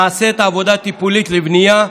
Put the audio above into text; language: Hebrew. נעשית עבודה טיפולית לבנייה,